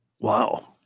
Wow